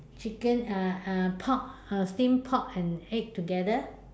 chicken uh uh pork uh steam pork and egg together